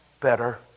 better